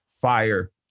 Fire